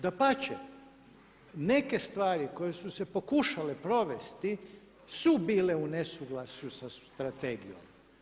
Dapače, neke stvari koje su se pokušale provesti su bile u nesuglasju sa strategijom.